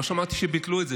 לא שמעתי שהם ביטלו את זה.